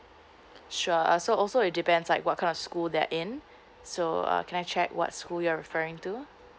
sure uh also it depends like what kind of school that you're in so uh can I check what's school you're referring to